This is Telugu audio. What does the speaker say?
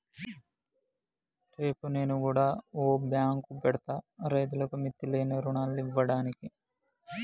రేపు నేను గుడ ఓ బాంకు పెడ్తా, రైతులకు మిత్తిలేని రుణాలియ్యడానికి